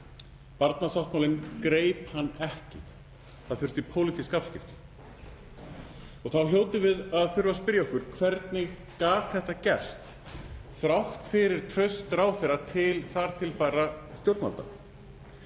Barnasáttmálinn greip hann ekki. Það þurfti pólitísk afskipti og þá hljótum við að þurfa að spyrja okkur: Hvernig gat þetta gerst, þrátt fyrir traust ráðherra til þar til bærra stjórnvalda?